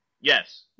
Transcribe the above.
Yes